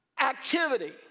activity